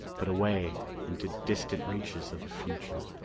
but away into distant reaches of the future.